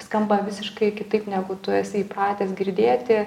skamba visiškai kitaip negu tu esi įpratęs girdėti